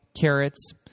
carrots